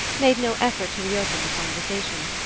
made no effort to reopen the conversation.